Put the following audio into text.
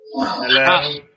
Hello